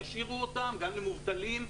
ישאירו אותן גם עם מובטלים,